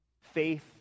Faith